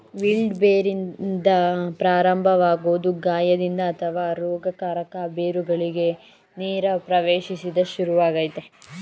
wilt ಬೇರಿಂದ ಪ್ರಾರಂಭವಾಗೊದು ಗಾಯದಿಂದ ಅಥವಾ ರೋಗಕಾರಕ ಬೇರುಗಳಿಗೆ ನೇರ ಪ್ರವೇಶ್ದಿಂದ ಶುರುವಾಗ್ತದೆ